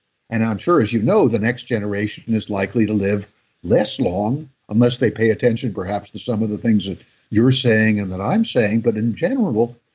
and i'm sure, as you know, the next generation is likely to live less long unless they pay attention perhaps to some of the things that you're saying and that i'm saying. but, in general,